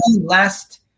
last